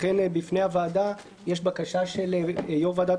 לכן בפני הוועדה יש בקשה של יו"ר ועדת